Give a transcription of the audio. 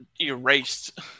erased